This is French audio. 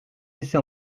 laissé